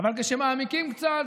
אבל כשמעמיקים קצת,